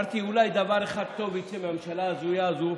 אמרתי, אולי דבר אחד טוב יצא מהממשלה ההזויה הזאת: